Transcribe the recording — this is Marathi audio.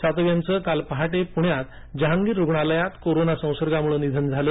सातव यांचं काल पहाटे पृण्यातील जहांगीर रुग्णालयात कोरोना संसर्गामुळे निधन झालं